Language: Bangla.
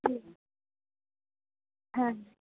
ঠিক আছে হ্যাঁ